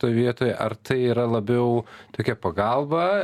toj vietoj ar tai yra labiau tokia pagalba